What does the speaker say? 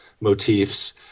motifs